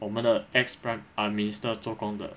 我们的 ex prime ah minister 做工的